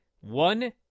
one